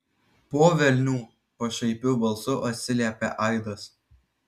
po velnių pašaipiu balsu atsiliepė aidas